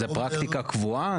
זו פרקטיקה קבועה?